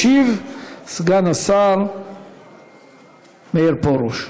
ישיב סגן השר מאיר פרוש.